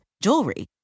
jewelry